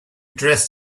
dress